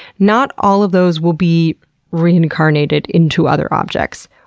not all of those will be reincarnated into other objects.